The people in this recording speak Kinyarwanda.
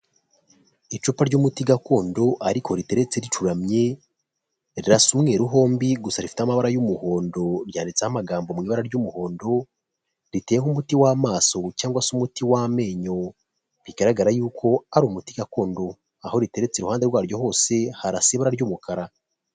Icupa ry'umuti gakondo ariko riteretse ricuramye, rirasa umweru hombi gusa rifiteho amabara y'umuhondo, ryanditseho amagambo mu ibara ry'umuhondo, riteye nk umuti w'amaso cyangwa se umuti w'amenyo bigaragara yuko ari umuti gakondo, aho riteretse iruhande rwaryo hose harasa ibara ry'umukara.